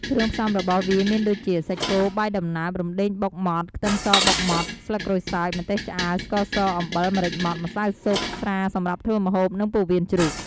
គ្រឿងផ្សំរបស់វាមានដូចជា សាច់គោ បាយដំណើប រំដេងបុកម៉ដ្ឋ ខ្ទឹមសបុកម៉ដ្ឋ ស្លឹកក្រូចសើច ម្ទេសឆ្អើរ ស្ករស អំបិល ម្រេចម៉ដ្ឋ ម្សៅស៊ុប ស្រាសម្រាប់ធ្វើម្ហូប និង ពោះវៀនជ្រូក។